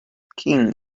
king